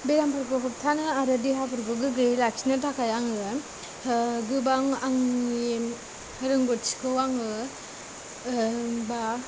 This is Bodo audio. बेरामफोरखौ होबथानो आरो देहाफोरखौ गोग्गोयै लाखिनो थाखाय आङो गोबां आंनि रोंगौथिखौ आङो बा